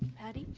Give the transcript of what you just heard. patty